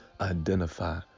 identify